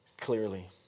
clearly